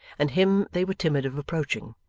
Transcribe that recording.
and him they were timid of approaching,